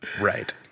Right